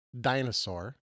dinosaur